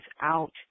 out